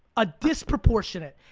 a disproportionate.